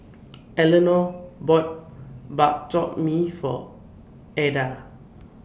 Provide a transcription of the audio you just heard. Eleanor bought Bak Chor Mee For Ada